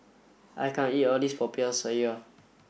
I can't eat all of this Popiah Sayur